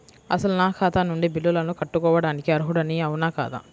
అసలు నా ఖాతా నుండి బిల్లులను కట్టుకోవటానికి అర్హుడని అవునా కాదా?